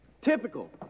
Typical